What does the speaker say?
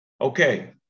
Okay